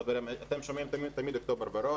אתם שומעים על אוקטובר ורוד,